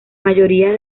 mayoría